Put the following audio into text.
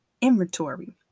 inventory